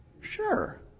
Sure